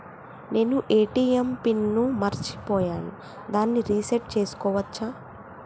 నేను ATM PIN ని మరచిపోయాను దాన్ని రీ సెట్ చేసుకోవచ్చా?